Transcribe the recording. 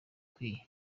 ikwiye